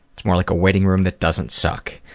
it's more like a waiting room that doesn't suck.